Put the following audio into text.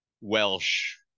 Welsh